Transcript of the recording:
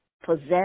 possess